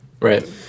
Right